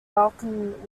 balkan